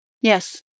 Yes